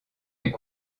est